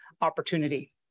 Opportunity